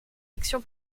élection